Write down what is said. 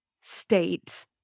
state